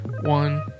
one